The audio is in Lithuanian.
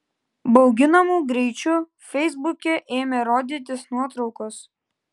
bauginamu greičiu feisbuke ėmė rodytis nuotraukos